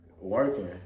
working